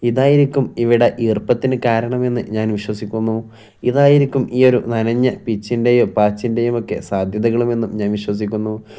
ഇതായിരിക്കും ഇവിടെ ഈർപ്പത്തിന് കാരണമെന്ന് ഞാൻ വിശ്വസിക്കുന്നു ഇതായിരിക്കും ഈ ഒരു നനഞ്ഞ പിച്ചിൻ്റെയും പാച്ചിൻ്റെയും ഒക്കെ സാധ്യതകൾ എന്നും ഞാൻ വിശ്വസിക്കുന്നു